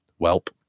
Welp